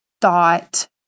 thought